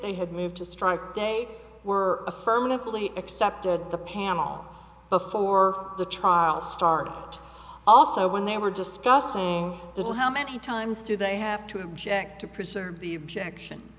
they had moved to strike they were affirmatively except on the panel before the trial started also when they were discussing it was how many times do they have to object to preserve the objection